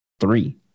three